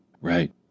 Right